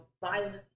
violence